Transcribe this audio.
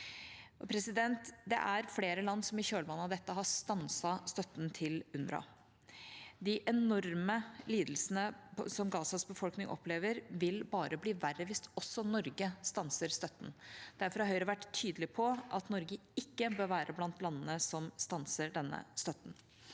resultatene. Det er flere land som i kjølvannet av dette har stanset støtten til UNRWA. De enorme lidelsene Gazas befolkning opplever, vil bare bli verre hvis også Norge stanser støtten. Derfor har Høyre vært tydelig på at Norge ikke bør være blant landene som stanser denne støtten.